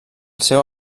seu